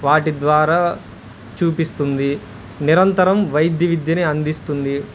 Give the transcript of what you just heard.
వాటి ద్వారా చూపిస్తుంది నిరంతరం వైద్య విద్యని అందిస్తుంది